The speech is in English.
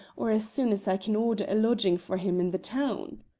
or as soon as i can order a lodging for him in the town.